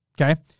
Okay